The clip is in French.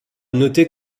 noter